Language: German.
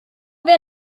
wer